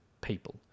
people